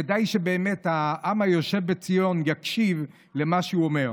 כדאי שהעם היושב בציון יקשיב למה שהוא אומר.